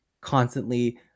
constantly